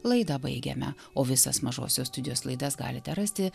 laidą baigiame o visas mažosios studijos laidas galite rasti